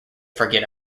forget